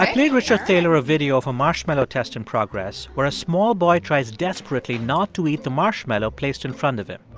i played richard thaler a video of a marshmallow test in progress where a small boy tries desperately not to eat the marshmallow placed in front of him.